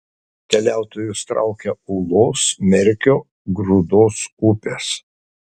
keliautojus traukia ūlos merkio grūdos upės